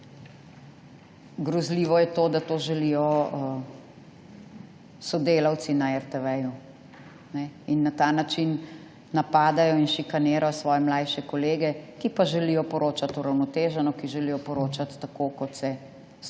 grozljivo je to, da to želijo sodelavci na RTV in na ta način napadajo in šikanirajo svoje mlajše kolege, ki pa želijo poročati uravnoteženo, ki želijo poročati tako, kot se